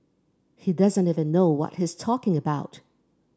he doesn't even know what he's talking about